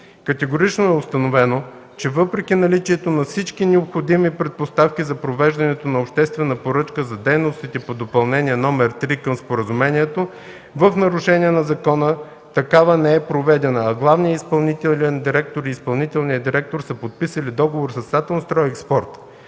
Категорично е установено, че въпреки наличието на всички необходими предпоставки за провеждането на обществена поръчка за дейностите по Допълнение № 3 към Споразумението, в нарушение на закона такава не е проведена, а главният изпълнителен директор и изпълнителният директор са подписали договор с „Атомстройекспорт”.